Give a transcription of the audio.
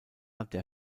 der